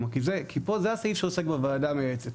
זה הסעיף שעוסק בוועדה המייעצת.